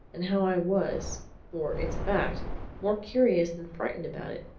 and how i was for it's a fact more curious than frightened about it.